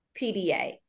pda